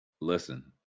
Listen